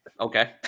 Okay